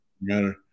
matter